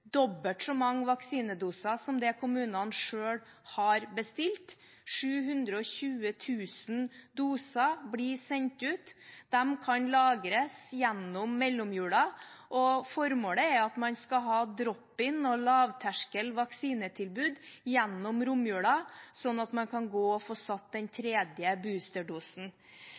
dobbelt så mange vaksinedoser som det kommunene selv har bestilt. 720 000 doser blir sendt ut. De kan lagres gjennom mellomjulen. Formålet er at man skal ha drop-in- og lavterskel vaksinetilbud gjennom romjulen, sånn at man kan gå for å få satt den tredje